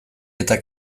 eta